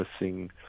missing